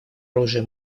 оружие